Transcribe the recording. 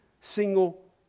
single